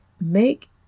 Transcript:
make